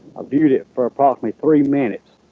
viewed it for approximately three minutes